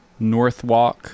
Northwalk